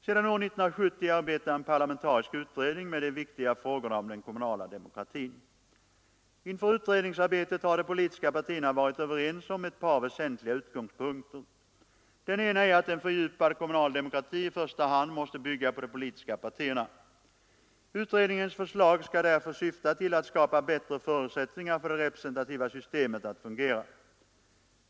Sedan år 1970 arbetar en parlamentarisk utredning med de viktiga frågorna om den kommunala demokratin. Inför utredningsarbetet har de politiska partierna varit överens om ett par väsentliga utgångspunkter. Den ena är att en fördjupad kommunal demokrati i första hand måste bygga på de politiska partierna. Utredningens förslag skall därför syfta till att skapa bättre förutsättningar för det representativa systemet att fungera.